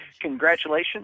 congratulations